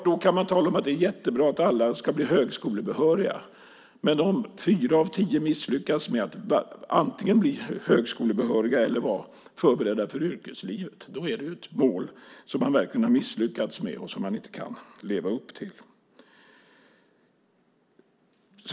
Då kan man tala om att det är jättebra att alla ska bli högskolebehöriga, men om fyra av tio misslyckas med att antingen bli högskolebehöriga eller vara förberedda för yrkeslivet är det ett mål som man verkligen har misslyckats med och som man inte kan leva upp till.